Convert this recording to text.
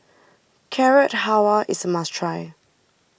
Carrot Halwa is a must try